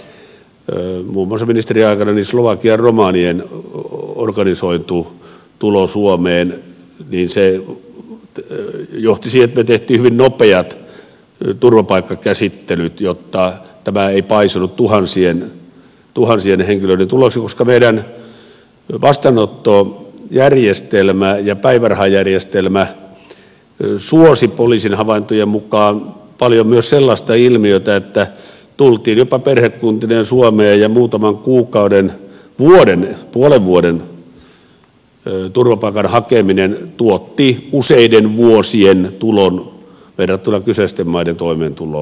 muun muassa ministeriaikanani slovakian romanien organisoitu tulo suomeen johti siihen että me teimme hyvin nopeat turvapaikkakäsittelyt jotta tämä ei paisunut tuhansien henkilöiden tuloksi koska meidän vastaanottojärjestelmämme ja päivärahajärjestelmämme suosi poliisin havaintojen mukaan paljon myös sellaista ilmiötä että tultiin jopa perhekunnittain suomeen ja muutaman kuukauden puolen vuoden turvapaikan hakeminen tuotti useiden vuosien tulon verrattuna kyseisten maiden toimeentuloon